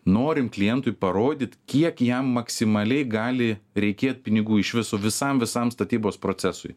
norim klientui parodyt kiek jam maksimaliai gali reikėt pinigų iš viso visam visam statybos procesui